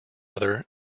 other